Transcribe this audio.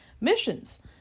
missions